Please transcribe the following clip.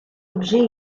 objets